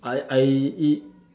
I I it